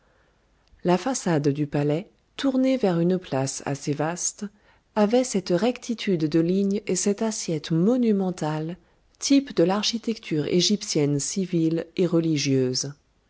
la façade du palais tournée vers une place assez vaste avait cette rectitude de lignes et cette assiette monumentale type de l'architecture égyptienne civile et religieuse